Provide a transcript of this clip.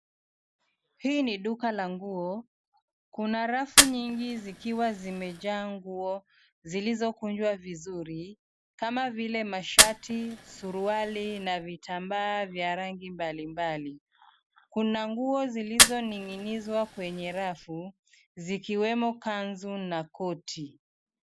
Hii ni duka la nguo. Kuna rafu nyingi zikiwa zimejaa nguo zilizokunjwa vizuri kama vile mashati, suruali na vitambaa vya rangi mbalimbali. Kuna nguo zilizoning'inizwa kwenye rafu zikiwemo kanzu na koti.